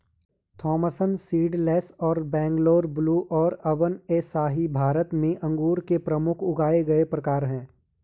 Thompson seedless और Bangalore blue और अनब ए शाही भारत में अंगूर के प्रमुख उगाए गए प्रकार हैं